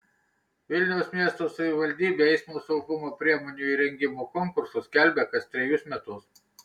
vilniaus miesto savivaldybė eismo saugumo priemonių įrengimo konkursus skelbia kas trejus metus